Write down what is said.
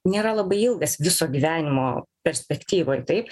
nėra labai ilgas viso gyvenimo perspektyvoj taip